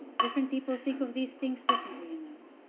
different people think of these things differently, you know,